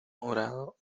horado